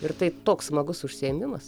ir tai toks smagus užsiėmimas